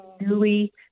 newly